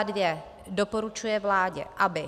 II. doporučuje vládě, aby